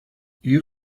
you